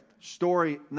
story